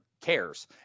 cares